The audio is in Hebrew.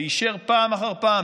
ופעם אחר פעם,